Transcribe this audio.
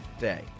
day